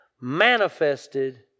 manifested